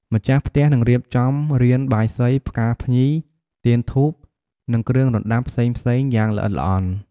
ម្ចាស់ផ្ទះនឹងរៀបចំរានបាយសី ផ្កាភ្ញី ទៀនធូប និងគ្រឿងរណ្ដាប់ផ្សេងៗយ៉ាងល្អិតល្អន់។